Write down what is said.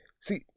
see